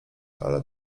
ale